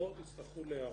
החברות יצטרכו להיערך,